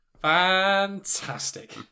Fantastic